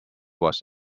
was